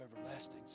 everlasting